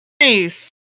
Nice